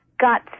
got